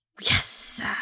Yes